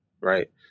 Right